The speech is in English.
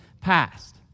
past